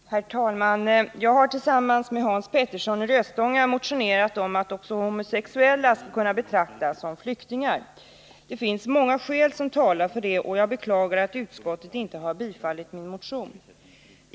Herr talman! Jag har tillsammans med Hans Petersson i Rös inga motionerat om att också homosexuella skall kunna betraktas som flyktingar. Det finns många skäl som talar för det, och jag beklagar att utskottet inte har bifallit motionen.